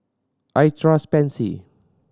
I trust Pansy